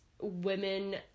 women